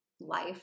life